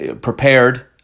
prepared